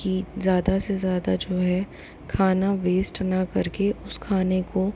कि ज़्यादा से ज़्यादा जो है खाना वेस्ट न कर के उस खाने को